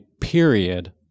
period